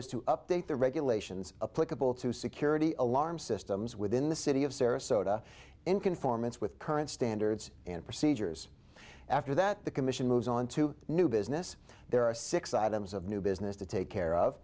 as to update the regulations a political to security alarm systems within the city of sarasota in conformance with current standards and procedures after that the commission moves on to new business there are six items of new business to take care of